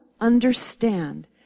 understand